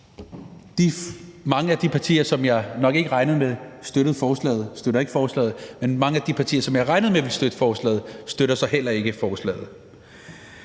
Mange af de partier, som jeg nok ikke havde regnet med ville støtte forslaget, støtter ikke forslaget. Men mange af de partier, som jeg regnede med ville støtte forslaget, støtter så heller ikke forslaget.